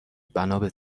بنابه